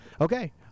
Okay